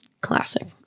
classic